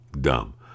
dumb